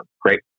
Great